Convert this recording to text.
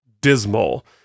dismal